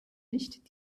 nicht